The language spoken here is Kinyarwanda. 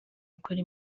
kuri